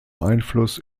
einfluss